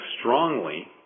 strongly